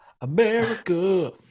America